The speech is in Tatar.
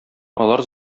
алар